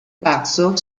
passo